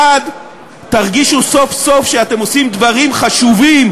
1. תרגישו סוף-סוף שאתם עושים דברים חשובים